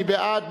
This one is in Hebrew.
מי בעד?